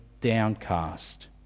downcast